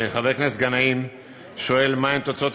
חבר הכנסת גנאים שואל מה הן תוצאות